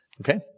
Okay